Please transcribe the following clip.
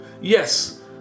Yes